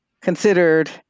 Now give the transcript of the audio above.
considered